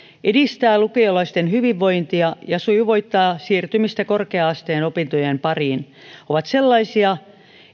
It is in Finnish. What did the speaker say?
edistää lukiolaisten hyvinvointia ja sujuvoittaa siirtymistä korkea asteen opintojen pariin ovat sellaisia